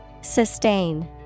Sustain